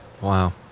Wow